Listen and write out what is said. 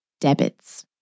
debits